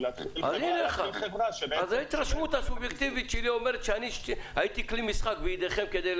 יש להם התחייבות של המדינה לקנות חלק מן